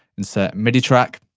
insert midi track,